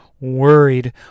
worried